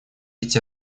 эти